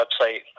website